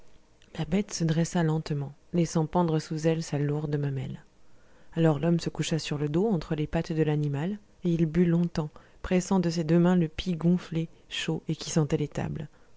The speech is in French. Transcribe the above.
la bête se dressa lentement laissant pendre sous elle sa lourde mamelle alors l'homme se coucha sur le dos entre les pattes de l'animal et il but longtemps longtemps pressant de ses deux mains le pis gonflé chaud et qui sentait l'étable il